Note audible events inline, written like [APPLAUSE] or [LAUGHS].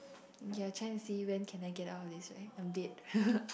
you are trying to see when can I get out of these right I'm dead [LAUGHS]